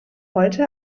heute